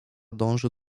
dąży